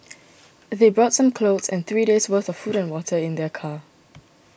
they brought some clothes and three days' worth of food and water in their car